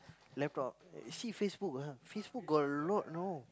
laptop see Facebook lah Facebook got a lot you know